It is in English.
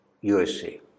USA